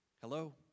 Hello